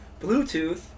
Bluetooth